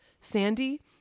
Sandy